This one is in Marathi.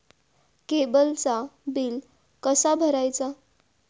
केबलचा बिल कसा भरायचा?